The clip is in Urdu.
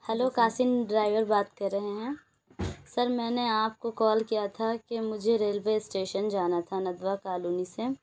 ہلو قاسم ڈرائیور بات کر رہے ہیں سر میں نے آپ کو کال کیا تھا کہ مجھے ریلوے اسٹیشن جانا تھا ندوہ کالونی سے